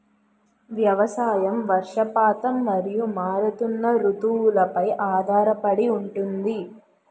వ్యవసాయం వర్షపాతం మరియు మారుతున్న రుతువులపై ఆధారపడి ఉంటుంది